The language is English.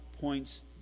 points